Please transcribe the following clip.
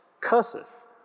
Curses